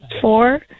four